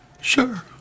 Sure